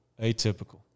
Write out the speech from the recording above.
Atypical